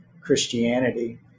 Christianity